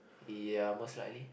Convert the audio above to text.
ya most likely